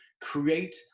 create